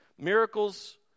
Miracles